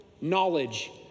knowledge